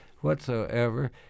whatsoever